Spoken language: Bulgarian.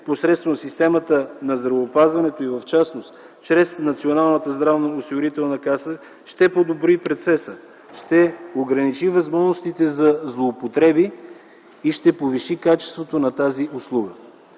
посредством системата на здравеопазването и в частност чрез Националната здравноосигурителна каса ще подобри процеса, ще ограничи възможностите за злоупотреби и ще повиши качеството на тази услуга.